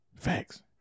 Facts